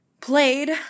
played